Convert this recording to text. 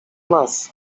nas